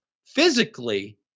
Physically